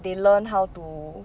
they learn how to